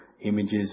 images